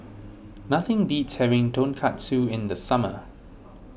nothing beats having Tonkatsu in the summer